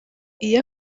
iyo